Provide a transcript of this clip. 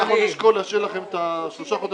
אנחנו נשקול להשאיר לכם את השלושה חודשים...